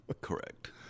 correct